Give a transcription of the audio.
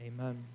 Amen